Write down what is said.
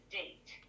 date